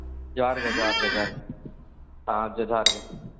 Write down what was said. ᱡᱚᱦᱟᱨ ᱜᱮ ᱡᱚᱦᱟᱨ ᱜᱮ ᱡᱚᱦᱟᱨ ᱜᱮ ᱦᱮᱸ ᱜᱚᱢᱠᱮ ᱡᱚᱦᱟᱨ ᱜᱮ